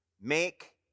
make